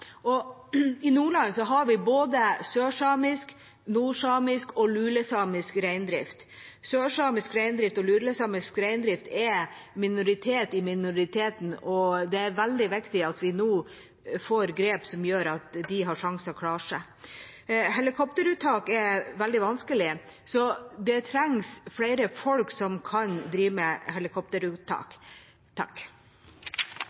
og i Nordland har vi både sørsamisk, nordsamisk og lulesamisk reindrift. Sørsamisk reindrift og lulesamisk reindrift er minoriteter i minoriteten, og det er veldig viktig at vi nå får grep som gjør at de har sjansen til å klare seg. Helikopteruttak er veldig vanskelig, så det trengs flere folk som kan drive med helikopteruttak.